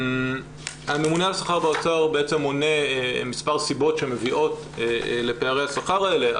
הממונה על השכר באוצר מונה מספר סיבות שמביאות לפערי השכר האלה,